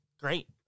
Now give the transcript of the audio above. Great